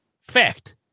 Fact